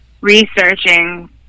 researching